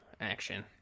action